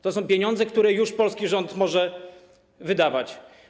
To są pieniądze, które już polski rząd może wydawać.